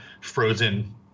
frozen